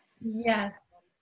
Yes